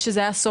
זה היה עודפים.